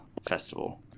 Festival